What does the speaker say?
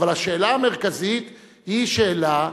אבל השאלה המרכזית היא שאלה,